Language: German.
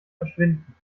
verschwinden